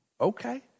okay